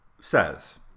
says